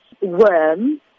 worm